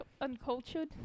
uncultured